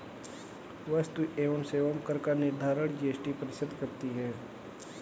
वस्तु एवं सेवा कर का निर्धारण जीएसटी परिषद करती है